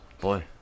boy